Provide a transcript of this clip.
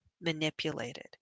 Manipulated